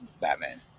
Batman